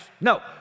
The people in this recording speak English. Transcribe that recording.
No